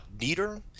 neater